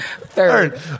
Third